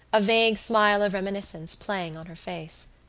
a vague smile of reminiscence playing on her face.